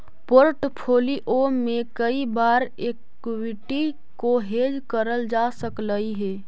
portfolio में कई बार एक्विटी को हेज करल जा सकलई हे